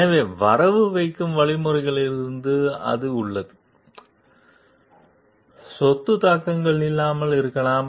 எனவே வரவு வைக்கும் வழிமுறைகளிலிருந்து அது உள்ளது சொத்து தாக்கங்கள் இல்லாமல் இருக்கலாம்